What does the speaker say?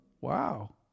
Wow